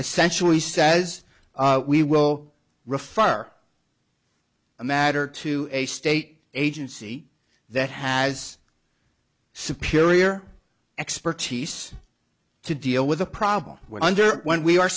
essentially says we will refer the matter to a state agency that has superior expertise to deal with a problem when under when we are